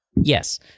Yes